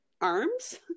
arms